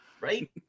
Right